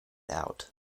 out